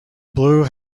blue